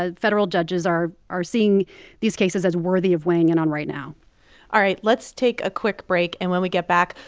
ah federal judges are are seeing these cases as worthy of weighing in on right now all right. let's take a quick break. and when we get back,